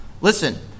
Listen